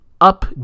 up